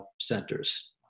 centers